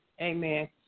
Amen